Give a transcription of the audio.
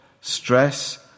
stress